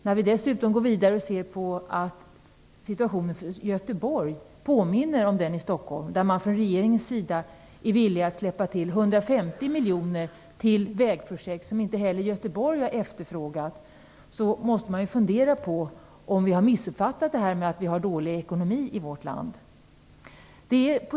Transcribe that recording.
När vi dessutom går vidare och ser på situationen i Göteborg, som påminner om den i Stockholm och där man från regeringens sida är villig att släppa till 150 miljoner till vägprojekt som inte heller Göteborg har efterfrågat, då måste man fundera på om vi har missuppfattat det här med att vi har dålig ekonomi i vårt land.